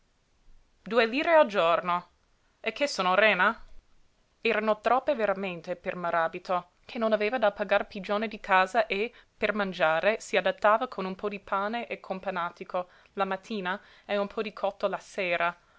due lire al giorno e che sono rena erano troppe veramente per maràbito che non aveva da pagar pigione di casa e per mangiare si adattava con un po di pane e companatico la mattina e un po di cotto la sera